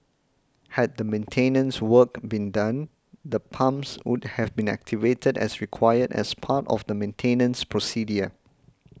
had the maintenance work been done the pumps would have been activated as required as part of the maintenance procedure